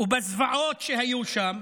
ובזוועות שהיו שם,